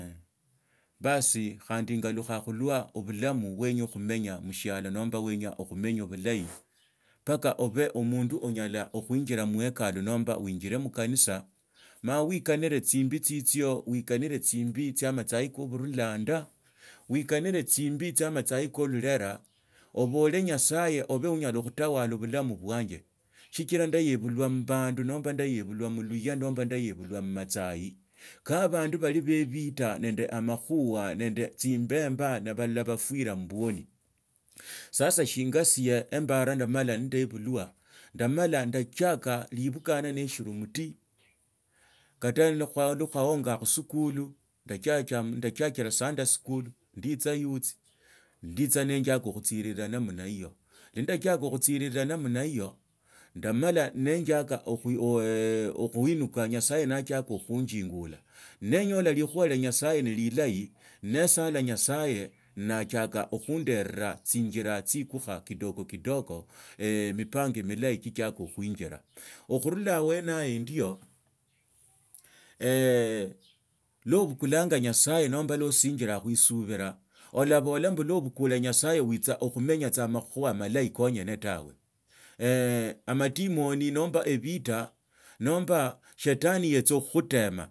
Basi khandi enyalikhaa khulwa obulamu bwene khumanya mushialo nomba menya khumenya bulobi umbaka obe omundu onyala okhuinjila muekalu nomba yenjiree mukanisa maukanire tsimbi tsitsio uikanile tsimbi tsia amatsai ka rulala abole nyasaye obe onyala khutawala obulamu bwanje shikira nebulwa mubandu nomba ndaibulwa muluhya nomba ndaebulwa mumatsai kha abandu bali ba ebita nende amakhuha nende tsimbemba nababulao barusira mubwoni sasa shinyasie embara ndamala nindebulwa ndamala ndachoka libukana nishili mshi kata nikhusaongaa khusikuli ndachiakira sunday school ndiitsa youth ndiitsa ninjaka namna hiyo lwa ndatsiaka khutsirira namna hiyo ndamala ninjiaka okhuilukha nyasaye nanjiaka okhunjingula nanyola likhuha lia nyasaye nililahi ne sala nyasaya natsiaka khundera tsinjira tsiikukha kidogo kidogo emipango milahi tsichiaka okhunjila okhurura abwene yaho ndio luso obukulanga nyasaye nomba lwa osinjiraa khuisubila olabola wo obule nyasaye witsa okhumenya tsa amakhuha malahi konyene tawe amadimoni nomba shetani yetsa khukhutema.